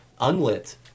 unlit